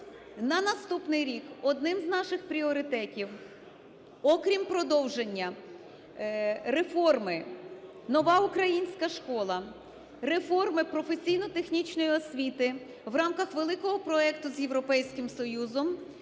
на наступний рік одним з наших пріоритетів, окрім продовження реформи "Нова українська школа", реформи професійно-технічної освіти в рамках великого проекту з Європейським Союзом,